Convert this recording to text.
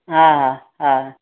हा हा